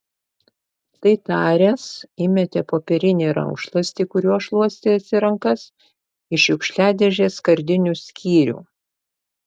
tai taręs įmetė popierinį rankšluostį kuriuo šluostėsi rankas į šiukšliadėžės skardinių skyrių